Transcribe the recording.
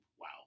wow